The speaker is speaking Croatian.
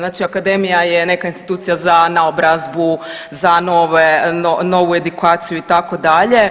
Znači akademija je neka institucija za naobrazbu, za novu edukaciju itd.